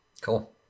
Cool